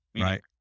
Right